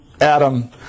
Adam